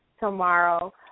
tomorrow